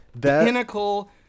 pinnacle